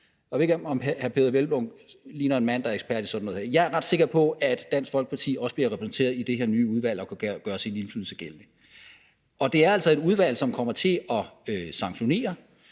Jeg ved ikke, om hr. Peder Hvelplund ligner en mand, der er ekspert i sådan noget her. Jeg er ret sikker på, at Dansk Folkeparti også bliver repræsenteret i det her nye udvalg og kan gøre sin indflydelse gældende der. Og det er altså et udvalg, som kommer til at sanktionere.